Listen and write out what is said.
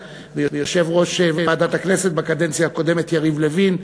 ויושב-ראש ועדת הכנסת בקדנציה הקודמת יריב לוין,